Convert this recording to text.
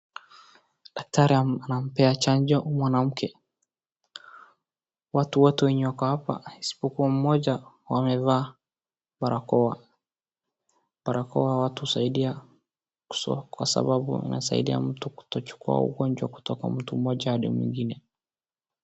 Daktari anampea chanjo mwanamke. Watu wote wenye wako hapa isipokuwa mmoja wamevaa barakoa. Barakoa husaidia haswa kwa sababu inasaidia mtu kutochukuwa ugonjwa k utoka mtu mmoja hadi mwingine.